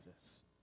Jesus